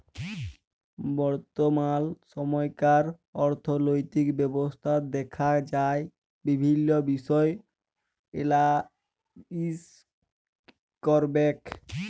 বর্তমাল সময়কার অথ্থলৈতিক ব্যবস্থা দ্যাখে যারা বিভিল্ল্য বিষয় এলালাইস ক্যরবেক